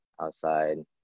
outside